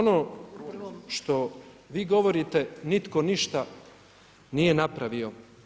Ono što vi govorite nitko ništa nije napravio.